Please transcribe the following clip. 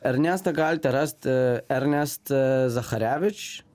ernestą galite rasti ernest zacharevič